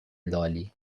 لالی